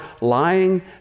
lying